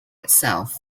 itself